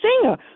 singer